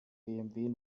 bmw